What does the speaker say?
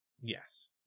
Yes